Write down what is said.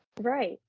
Right